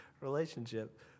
relationship